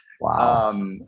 Wow